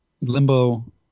limbo